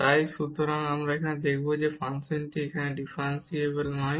তাই সুতরাং আমরা এখন দেখাব যে ফাংশনটি এই সময়ে ডিফারেনসিবল নয়